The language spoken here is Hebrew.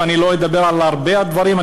אני לא אדבר על הרבה דברים,